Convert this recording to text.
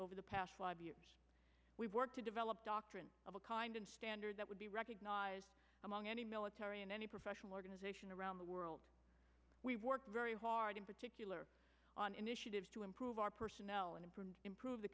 over the past five years we work to develop doctrine of a kind and standard that would be recognized among any military and any professional organization around the world we work very hard in particular on initiatives to improve our personnel and improve